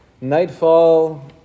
nightfall